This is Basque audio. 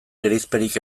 gerizperik